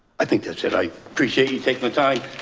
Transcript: i think that's it. i appreciate you taking the time.